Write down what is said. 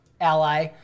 ally